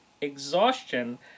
exhaustion